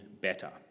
better